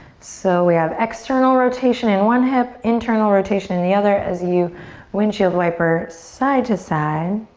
so we have external rotation in one hip, internal rotation in the other, as you windshield wiper side to side.